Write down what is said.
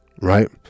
right